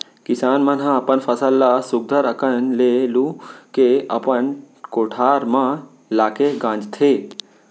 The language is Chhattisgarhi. किसान मन ह अपन फसल ल सुग्घर अकन ले लू के अपन कोठार म लाके गांजथें